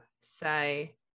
say